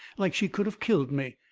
like she could of killed me.